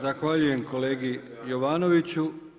Zahvaljujem kolegi Jovanoviću.